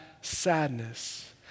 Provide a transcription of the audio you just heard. sadness